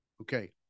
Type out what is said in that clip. Okay